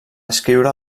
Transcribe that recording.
escriure